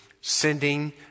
sending